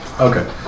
Okay